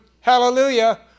hallelujah